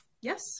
Yes